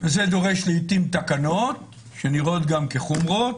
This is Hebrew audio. זה דורש לעתים תקנות שנראות גם כחומרות.